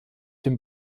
dem